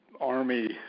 army